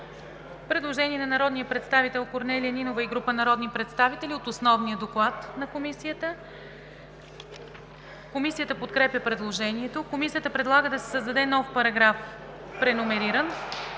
Предложение на народния представител Корнелия Нинова и група народни представители от основния доклад на Комисията. Комисията подкрепя предложението. Комисията предлага да се създаде нов параграф, преномериран,